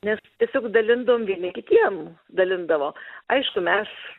nes tiesiog dalindavom vieni kitiem dalindavo aišku mes